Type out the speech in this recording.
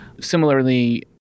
Similarly